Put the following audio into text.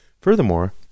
Furthermore